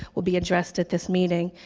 will be addressed at this meeting.